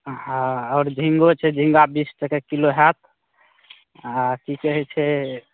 हँ आओर झींगो छै झींगा बीस टके किलो होएत आ की कहै छै